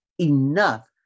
enough